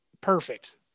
Perfect